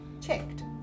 checked